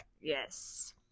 Yes